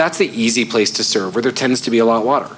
that's the easy place to serve where there tends to be a lot water